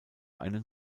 einen